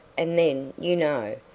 and then, you know,